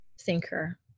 thinker